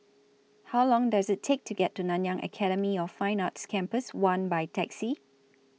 How Long Does IT Take to get to Nanyang Academy of Fine Arts Campus one By Taxi